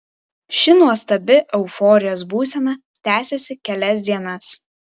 ši nuostabi euforijos būsena tęsėsi kelias dienas